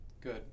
good